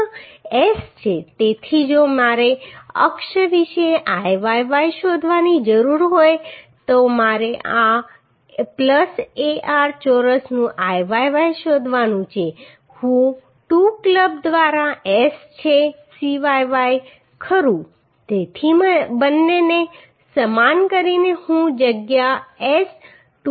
હવે આ s છે તેથી જો મારે અક્ષ વિશે Iyy શોધવાની જરૂર હોય તો મારે આ A r ચોરસનું Iyy શોધવાનું છે હું 2 ક્લબ દ્વારા s છે Cyy ખરું તેથી બંનેને સમાન કરીને હું જગ્યા S 218